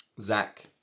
Zach